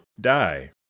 die